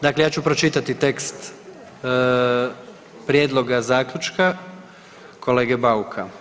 Dakle, ja ću pročitati tekst prijedloga zaključka kolege Bauka.